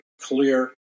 clear